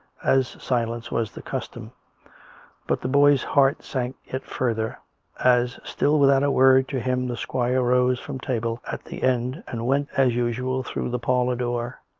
as silence was the cus tom but the boy's heart sank yet further as, still without a word to him, the squire rose from table at the end and went as usual through the parlour door.